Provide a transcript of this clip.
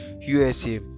USA